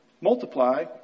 multiply